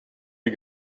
you